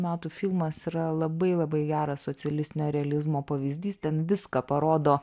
metų filmas yra labai labai geras socialistinio realizmo pavyzdys ten viską parodo